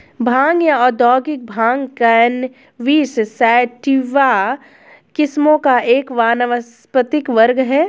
भांग या औद्योगिक भांग कैनबिस सैटिवा किस्मों का एक वानस्पतिक वर्ग है